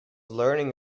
learning